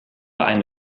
eine